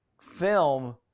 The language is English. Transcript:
film